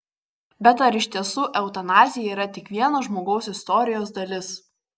bet ar iš tiesų eutanazija yra tik vieno žmogaus istorijos dalis